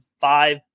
five